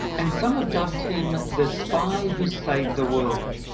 and some have dubbed him the spy who saved the world.